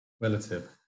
relative